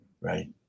right